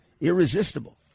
irresistible